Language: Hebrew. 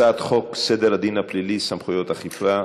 הצעת חוק סדר הדין הפלילי (סמכויות אכיפה,